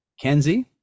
Kenzie